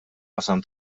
qasam